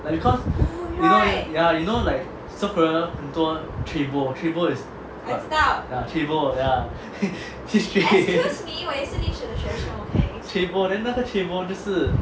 like because you know ya you know like south korea 很多 tribo tribo ya tribo ya history then 那个 tribo 就是